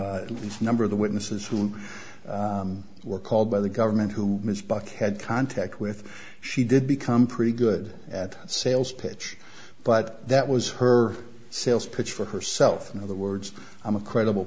the number of the witnesses who were called by the government who miss buckhead contact with she did become pretty good at sales pitch but that was her sales pitch for herself in other words i'm a credible